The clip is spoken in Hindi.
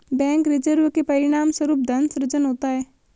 बैंक रिजर्व के परिणामस्वरूप धन सृजन होता है